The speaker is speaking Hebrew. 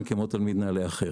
כמו תלמיד נעל"ה אחר.